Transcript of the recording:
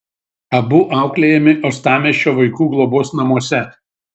abu auklėjami uostamiesčio vaikų globos namuose